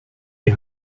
die